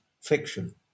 fiction